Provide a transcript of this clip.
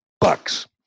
bucks